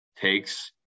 takes